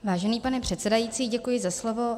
Vážený pane předsedající, děkuji za slovo.